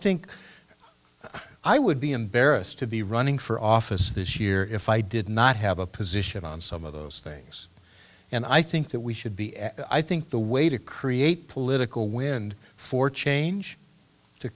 think i would be embarrassed to be running for office this year if i did not have a position on some of those things and i think that we should be i think the way to create political wind for change to